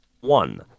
one